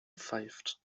pfeift